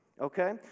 Okay